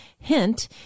Hint